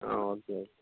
ஆ okay